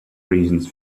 reasons